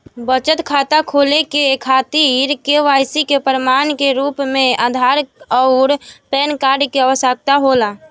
बचत खाता खोले के खातिर केवाइसी के प्रमाण के रूप में आधार आउर पैन कार्ड के आवश्यकता होला